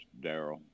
Daryl